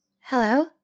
Hello